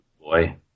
boy